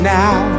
now